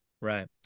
Right